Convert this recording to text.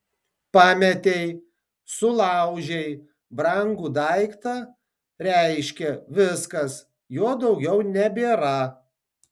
pametei sulaužei brangų daiktą reiškia viskas jo daugiau nebėra